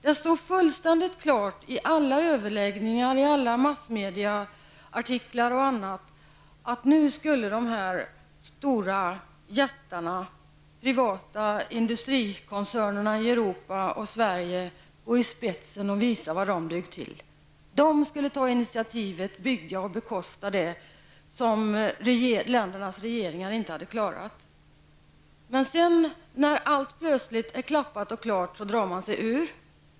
I alla överläggningar och i alla artiklar i massmedia stod det fullständigt klart att dessa stora jättar, dessa privata industrikoncerner i Sverige och i övriga Europa, nu skulle gå i spetsen och visa vad de dög till. De skulle ta initiativet och bygga och bekosta det som ländernas regeringar inte klarat av. Men när allt plötsligt är klappat och klart drar de sig ur.